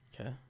okay